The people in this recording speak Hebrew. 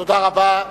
תודה רבה.